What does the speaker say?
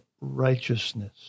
righteousness